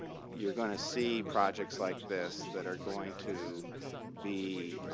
you're going to see projects like this that are going to be